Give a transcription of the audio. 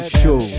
show